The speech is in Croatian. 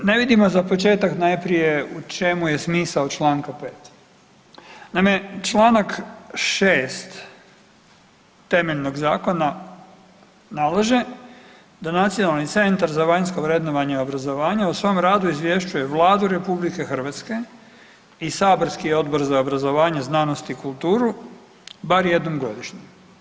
Ne vidimo za početak najprije u čemu je smisao čl. 5. Naime, čl. 6. temeljnog zakona nalaže da Nacionalni centar za vanjsko vrednovanje obrazovanja o svom radu izvješćuje Vladu RH i saborski Odbor za obrazovanje, znanost i kulturu bar jednom godišnje.